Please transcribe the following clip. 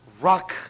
rock